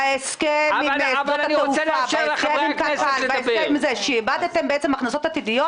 בהסכם עם קק"ל - שעבדתם בעצם הכנסות עתידיות